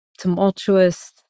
tumultuous